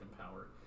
power